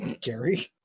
Gary